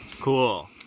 cool